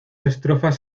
estrofas